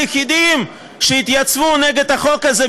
היחידים כמעט שהתייצבו נגד החוק הזה,